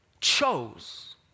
chose